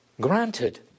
Granted